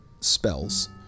spells